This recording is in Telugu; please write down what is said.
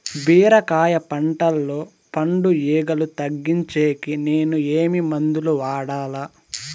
బీరకాయ పంటల్లో పండు ఈగలు తగ్గించేకి నేను ఏమి మందులు వాడాలా?